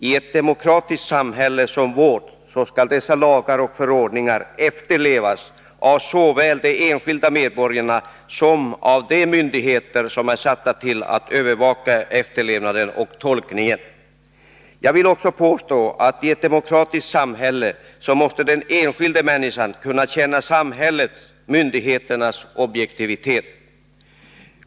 I ett demokratiskt samhälle som vårt skall dessa lagar och förordningar efterlevas av såväl de enskilda medborgarna som de myndigheter som är satta att övervaka efterlevnaden och tolkningen. Jag vill också påstå att i ett demokratiskt samhälle måste den enskilda människan kunna känna samhällets, myndigheternas, objektivitet.